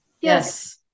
Yes